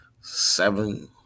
seven